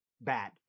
bad